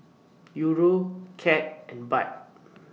Euro Cad and Baht